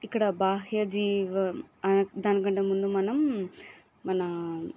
ఇక్కడ బాహ్యజీవం దానికంటే ముందు మనం మన